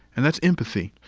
and that's empathy.